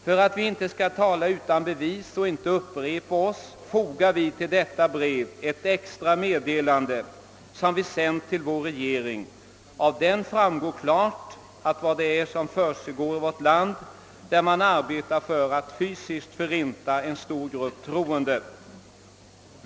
För att vi inte skall tala utan bevis och inte upprepa oss, fogar vi till detta brev ett extra meddelande, som vi sänt till vår regering. Av det framgår klart vad det är som försiggår i vårt land, där man arbetar för att fysiskt förinta en stor grupp troende.